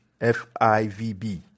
FIVB